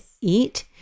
eat